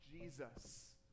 Jesus